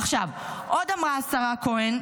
עוד אמרה השרה כהן,